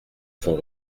son